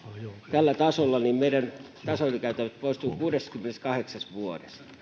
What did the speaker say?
tällä tasolla meidän tasoylikäytävämme poistuvat kuudessakymmenessäkahdeksassa vuodessa